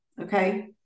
okay